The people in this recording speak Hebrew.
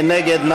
מי נגד?